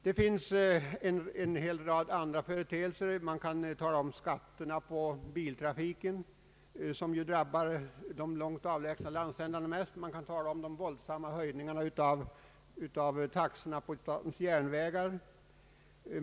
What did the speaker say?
Det finns en hel rad andra företeelser. Man kan tala om skatterna på biltrafiken, som ju drabbar de mest avlägsna landsändarna mest. Man kan tala om de våldsamma höjningarna av taxorna på statens järnvägar.